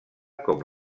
com